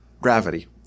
gravity